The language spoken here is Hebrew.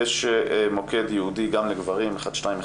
יש מוקד ייעודי גם לגברים, 1218,